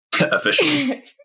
Officially